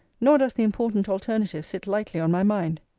nor does the important alternative sit lightly on my mind.